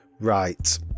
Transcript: right